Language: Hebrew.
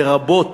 לרבות